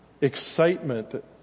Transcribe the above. excitement